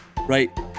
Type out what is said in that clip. right